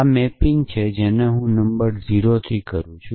આ મેપિંગ છે જેને હું નંબર 0 થી કરું છું